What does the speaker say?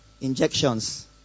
injections